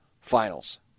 finals